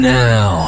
now